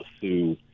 sue